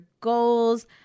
goals